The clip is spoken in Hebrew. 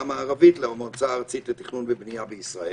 המערבית למועצה הארצית לתכנון ובנייה בישראל.